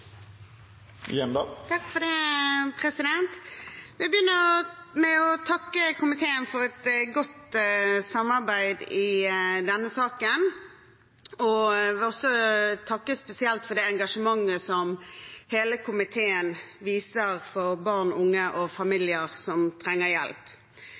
komiteen for et godt samarbeid i denne saken. Jeg vil også takke spesielt for det engasjementet hele komiteen viser for barn og unge og familier som trenger hjelp.